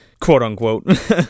Quote-unquote